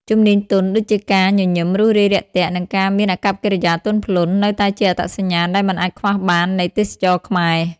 ជំនាញទន់ ដូចជាការញញឹម រួសរាយរាក់ទាក់ និងការមានអាកប្បកិរិយាទន់ភ្លន់ នៅតែជាអត្តសញ្ញាណដែលមិនអាចខ្វះបាននៃទេសចរណ៍ខ្មែរ។